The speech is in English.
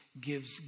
gives